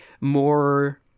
more